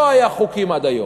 לא היו חוקים עד היום,